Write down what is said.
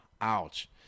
ouch